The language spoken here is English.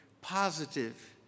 positive